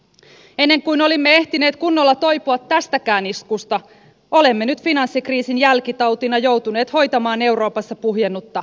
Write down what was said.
ennen kuin olimme ehtineet kunnolla toipua tästäkään iskusta olemme nyt finanssikriisin jälkitautina joutuneet hoitamaan euroopassa puhjennutta velkakriisiä